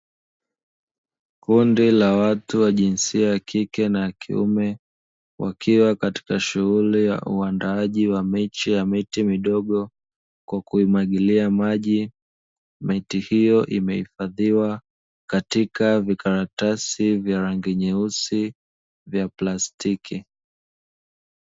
Kundi la watu wa jinsia ya kike na yakiume wakiwa kwenye shughuli ya uandaaji wa miche ya miti midogo kwa kuimwagilia maji miti hiyo imehifadhiwa katika vikaratasi vya rangi nyeusi vya plastiki.